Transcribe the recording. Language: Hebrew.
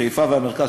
חיפה והמרכז,